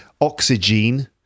Oxygen